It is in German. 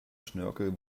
schnörkel